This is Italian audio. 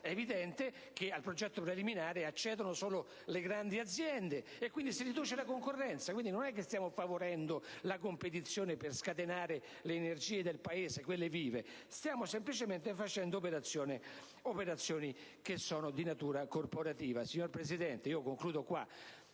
è evidente che al progetto preliminare accedono solo le grandi aziende. Quindi, si riduce la concorrenza; quindi non stiamo favorendo la competizione per scatenare le energie del Paese, quelle vive, ma stiamo semplicemente compiendo operazioni di natura corporativa. Signor Presidente, concludo il